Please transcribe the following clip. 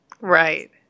Right